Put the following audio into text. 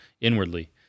inwardly